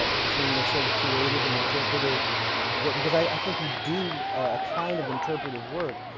ah between this sort of creative and interpretive work? because i think you do a kind of interpretive work.